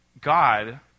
God